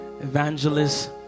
evangelist